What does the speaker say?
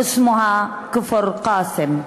/ שהבמה שלו היא כפר ששמו: כפר-קאסם?)